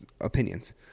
Opinions